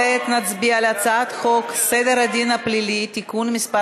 אנחנו כעת נצביע על הצעת חוק סדר הדין הפלילי (תיקון מס'